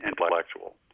intellectual